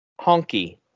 honky